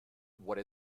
what